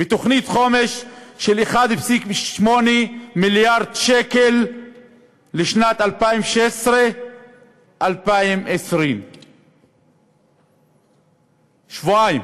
ותוכנית חומש של 1.8 מיליארד שקל לשנים 2016 2020. שבועיים,